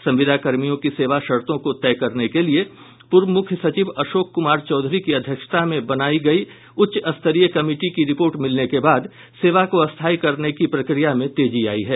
संविदा कर्मियों की सेवा शर्तों को तय करने के लिये पूर्व मुख्य सचिव अशोक कुमार चौधरी की अध्यक्षता में बनायी गयी उच्च स्तरीय कमिटी की रिपोर्ट मिलने के बाद सेवा को स्थायी करने की प्रक्रिया में तेजी आयी है